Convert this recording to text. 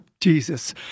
Jesus